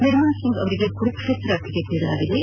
ನಿರ್ಮಲ್ಸಿಂಗ್ ಅವರಿಗೆ ಕುರುಕ್ಷೇತ್ರ ಟಿಕೆಟ್ ನೀಡಲಾಗಿದ್ದು